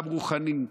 גם רוחני,